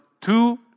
two